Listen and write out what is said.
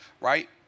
right